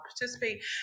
participate